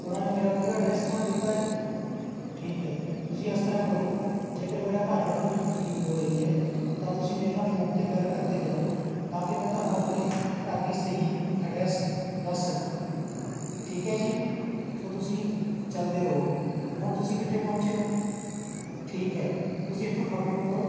ਉਹਨਾਂ ਨੇ ਮੇਰਾ ਪੂਰਾ ਐਡਰੈੱਸ ਤੁਹਾਨੂੰ ਦਿੱਤਾ ਹੈ ਠੀਕ ਹੈ ਤੁਸੀਂ ਇਸ ਤਰ੍ਹਾਂ ਕਰੋ ਜੇਕਰ ਮੇਰਾ ਘਰ ਲੱਭਣ ਵਿੱਚ ਤਕਲੀਫ਼ ਹੋ ਰਹੀ ਹੈ ਤਾਂ ਤੁਸੀਂ ਮੇਰੇ ਨਾਲ ਫ਼ੋਨ 'ਤੇ ਗੱਲ ਕਰਦੇ ਜਾਉ ਤਾਂ ਕਿ ਮੈਂ ਤੁਹਾਨੂੰ ਆਪਣੇ ਘਰ ਦੀ ਸਹੀ ਐਡਰੈੱਸ ਦੱਸ ਸਕਾਂ ਠੀਕ ਹੈ ਜੀ ਸੋ ਤੁਸੀਂ ਚੱਲਦੇ ਰਹੋ ਹੁਣ ਤੁਸੀਂ ਕਿੱਥੇ ਪਹੁੰਚੇ ਹੋ ਠੀਕ ਹੈ ਤੁਸੀਂ ਇੱਥੋਂ ਖੱਬੇ ਮੁੜੋ